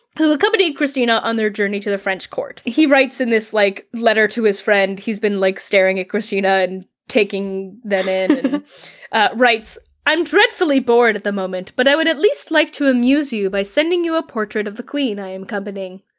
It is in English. who accompanied kristina on their journey to the french court. he writes in this like letter to his friend, he's been like staring at kristina and taking them in. he ah writes, i'm dreadfully bored at the moment but i would at least like to amuse you by sending you a portrait of the queen i am accompanying.